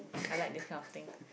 I like this kind of thing